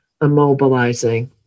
immobilizing